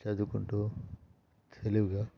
చదువుకుంటూ తెలివిగా